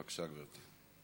בבקשה, גברתי.